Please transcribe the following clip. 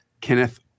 Kenneth